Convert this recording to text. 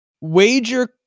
wager